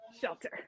shelter